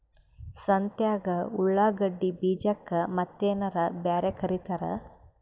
ಸಂತ್ಯಾಗ ಉಳ್ಳಾಗಡ್ಡಿ ಬೀಜಕ್ಕ ಮತ್ತೇನರ ಬ್ಯಾರೆ ಕರಿತಾರ?